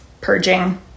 purging